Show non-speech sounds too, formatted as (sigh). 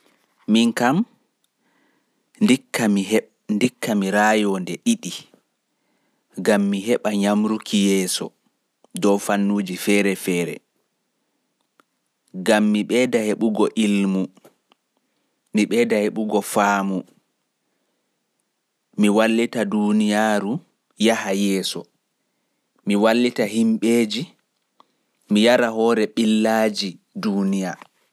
Ndikka mi raayo nde ɗiɗi gam mi heɓa nyamruki yeeso dow fannuuji feere feere. (noise) Gam mi ɓeida heɓugo ilmu, mi wallita duniyaaru yaha yeeso.